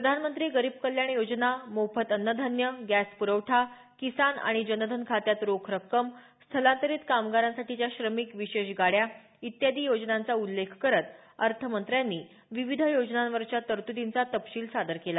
प्रधानमंत्री गरीब कल्याण योजना मोफत अन्नधान्य गॅस प्रवठा किसान आणि जनधन खात्यात रोख रक्कम स्थलांतरित कामगारांसाठीच्या श्रमिक विशेष गाड्या इत्यादि योजनांचा उल्लेख करत अर्थमंत्र्यांनी विविध योजनांवरच्या तरतुदींचा तपशील सादर केला